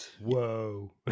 Whoa